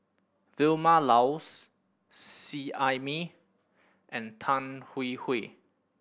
Vilma Laus Seet Ai Mee and Tan Hwee Hwee